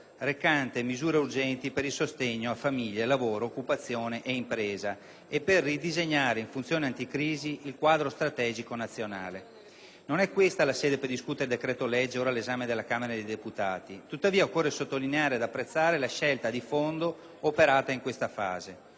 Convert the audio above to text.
recante misure urgenti per il sostegno a famiglie, lavoro, occupazione e impresa e per ridisegnare in funzione anticrisi il quadro strategico nazionale. Non è questa la sede per discutere il decreto-legge ora all'esame della Camera dei deputati; tuttavia occorre sottolineare ed apprezzare la scelta di fondo operata in questa fase.